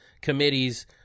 committees